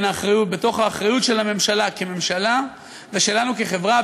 בתוך האחריות של הממשלה כממשלה ושלנו כחברה,